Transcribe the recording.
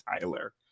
Tyler